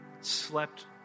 slept